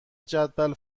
جدول